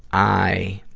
i,